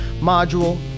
module